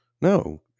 no